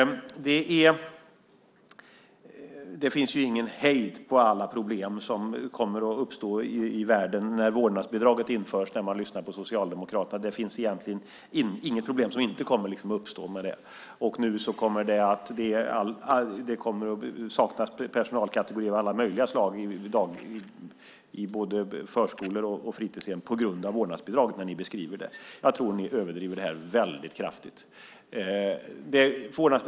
När man lyssnar på Socialdemokraterna finns det ingen hejd på alla problem som kommer att uppstå i världen när vårdnadsbidraget införs. Det är egentligen inget problem som liksom inte kommer att uppstå i och med det. Det kommer att saknas personalkategorier av alla möjliga slag i förskolor och på fritidshem på grund av vårdnadsbidraget - enligt er beskrivning. Jag tror att ni här väldigt kraftigt överdriver.